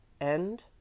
End